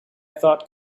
thought